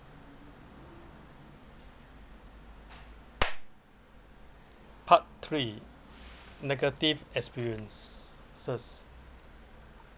part three negative experiences